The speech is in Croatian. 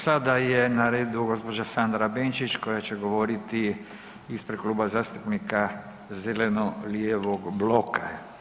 Sada je na redu gđa. Sandra Benčić koja će govoriti ispred Klub zastupnika zeleno-lijevog bloka.